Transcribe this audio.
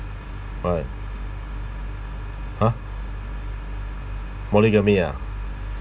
why !huh! polygamy ah